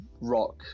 rock